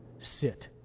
Sit